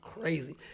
crazy